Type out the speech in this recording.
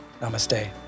Namaste